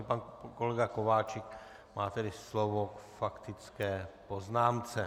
Pan kolega Kováčik má tedy slovo k faktické poznámce.